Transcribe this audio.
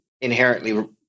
inherently